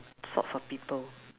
sorts of people